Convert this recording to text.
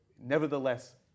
nevertheless